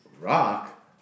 rock